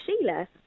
Sheila